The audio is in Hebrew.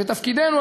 ותפקידנו,